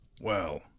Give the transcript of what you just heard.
Well